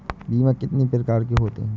बीमा कितनी प्रकार के होते हैं?